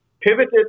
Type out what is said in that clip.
pivoted